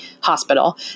hospital